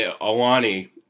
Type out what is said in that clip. Alani